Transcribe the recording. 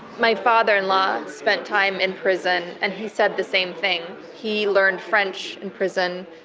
my father-in-law spent time in prison, and he said the same thing. he learned french in prison.